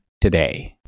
today